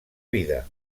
vida